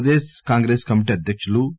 Pradesh Congress committee అధ్యకులు ఎన్